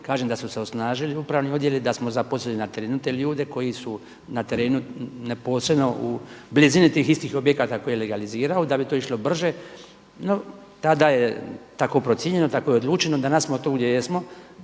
kažem da su se osnažili upravni odjeli da smo zaposlili na terenu te ljude koji su na terenu neposredno u blizini tih istih objekata koje je realizirao da bi to išlo brže, no tada je tako procijenjeno tako odlučeno. Danas smo tu gdje jesmo,